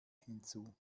hinzu